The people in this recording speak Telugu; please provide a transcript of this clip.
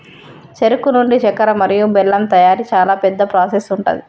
చెరుకు నుండి చెక్కర మరియు బెల్లం తయారీ చాలా పెద్ద ప్రాసెస్ ఉంటది